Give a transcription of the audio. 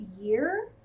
year